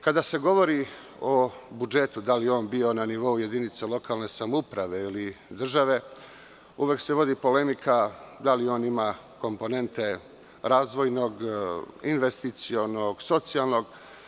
Kada se govori o budžetu, da li on bio na nivou jedinica lokalne samouprave ili države, uvek se vodi polemika da li on ima komponente razvojnog, investicionog, socijalnog.